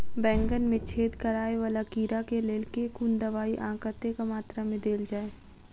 बैंगन मे छेद कराए वला कीड़ा केँ लेल केँ कुन दवाई आ कतेक मात्रा मे देल जाए?